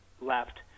left